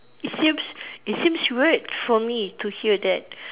it seems it seems weird for me to hear that